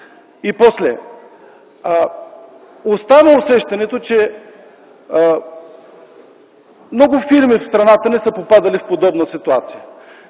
И после, остава усещането, че много фирми в страната ни са попадали в подобна ситуация.